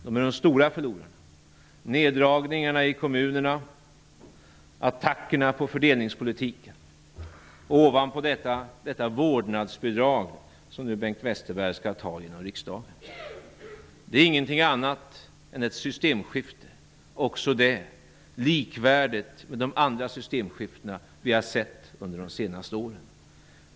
De är de stora förlorarna genom neddragningarna i kommunerna, attackerna på fördelningspolitiken och ovanpå detta detta vårdnadsbidrag som nu Bengt Westerberg skall driva genom i riksdagen. Det är ingenting annat än ett systemskifte också det, likvärdigt med de andra systemskiftena som vi har sett under de senaste åren.